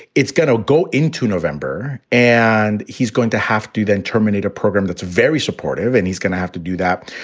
it's going to go into november and he's going to have to then terminate a program that's very supportive and he's going to have to do that.